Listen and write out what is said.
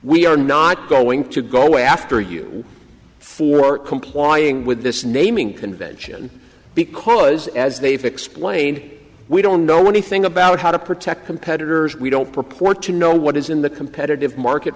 we are not going to go after you for complying with this naming convention because as they've explained we don't know anything about how to protect competitors we don't purport to know what is in the competitive market